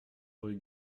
rue